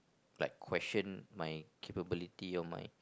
like question my capability or my